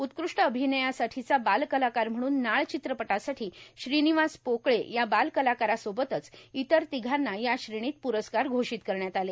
उत्कृष्ट अभिनायासाठीचा बालकलाकार म्हणून नाळ चित्रपटासाठी श्रीनिवास पोकळे या बाल कलाकारासोबतच इतर तिघांना या श्रेणीत पुरस्कार घोषित करण्यात आले